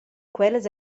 quellas